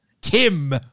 Tim